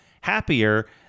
happier